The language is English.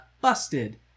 busted